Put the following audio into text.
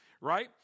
right